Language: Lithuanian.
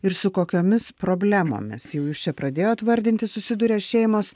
ir su kokiomis problemomis jau jūs čia pradėjot vardinti susiduria šeimos